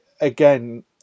again